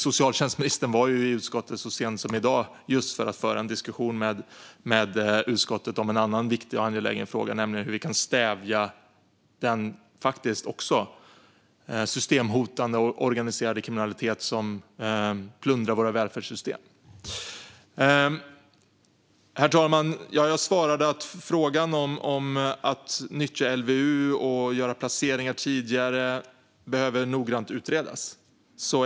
Socialtjänstministern var i utskottet så sent som i dag för att föra en diskussion med utskottet om en annan viktig och angelägen fråga, nämligen om hur vi kan stävja den systemhotande organiserade kriminalitet som plundrar våra välfärdssystem. Herr talman! Ja, jag svarade att frågan om att nyttja LVU och göra placeringar tidigare noggrant behöver utredas.